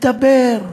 מדבר: